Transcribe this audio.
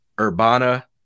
Urbana